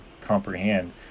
comprehend